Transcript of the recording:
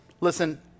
Listen